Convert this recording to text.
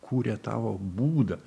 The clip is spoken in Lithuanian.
kuria tavo būdą